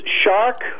Shark